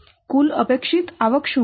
કુલ અપેક્ષિત આવક શું હશે